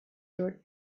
cured